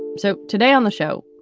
so today on the show,